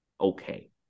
okay